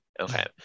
Okay